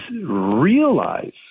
realize